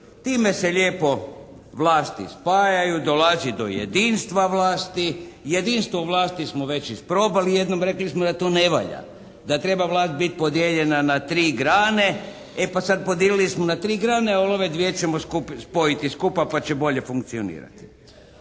Time se lijepo vlasti spajaju, dolazi do jedinstva vlasti. Jedinstvo u vlasti smo već isprobali jednom, rekli smo da to ne valja. Da treba vlast biti podijeljena na tri grane. E sad podijelili smo na tri grane ali ove dvije ćemo skupa, spojiti skupa pa će bolje funkcionirati.